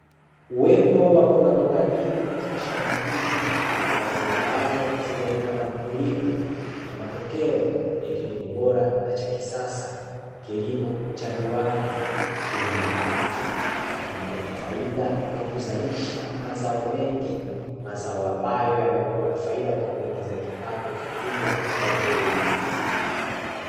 Uwepo wa mbogamboga nyingi katika shamba hili, mbogamboga ambazo zimelimwa na mkulima. Ni matokeo ya kilimo bora na cha kisasa, kilimo cha viwanda. Kilimo ambacho kimekua na faida kwa kuzalisha mazao mengi, mazao ambayo yamekuwa na faida kwa kuingiza kipato kikubwa kwa mkulima.